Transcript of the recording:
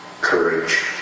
courage